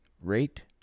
Rate